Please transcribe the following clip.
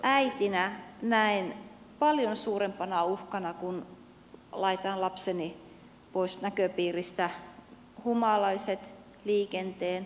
äitinä näen paljon suurempana uhkana kun laitan lapseni pois näköpiiristä humalaiset liikenteen huumeet